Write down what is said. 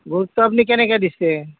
গুৰুত্ব আপুনি কেনেকে দিছে